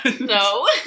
No